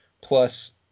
plus